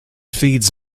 feeds